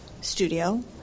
studio